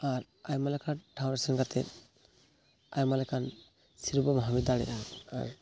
ᱟᱨ ᱟᱭᱢᱟ ᱞᱮᱠᱟᱱ ᱴᱷᱟᱶᱨᱮ ᱥᱮᱱ ᱠᱟᱛᱮᱫ ᱟᱭᱢᱟ ᱞᱮᱠᱟᱱ ᱥᱤᱨᱯᱟᱹᱢ ᱦᱟᱢᱮᱴ ᱫᱟᱲᱮᱭᱟᱜᱼᱟ ᱟᱨ